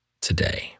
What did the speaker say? today